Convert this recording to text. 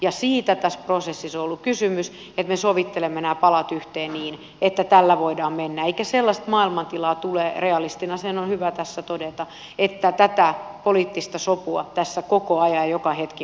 ja siitä tässä prosessissa on ollut kysymys että me sovittelemme nämä palat yhteen niin että tällä voidaan mennä eikä sellaista maailmantilaa tule realistina se on hyvä tässä todeta että tätä poliittista sopua tässä koko ajan joka hetki avattaisiin